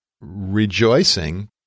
rejoicing